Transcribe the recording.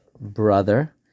brother